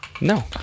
No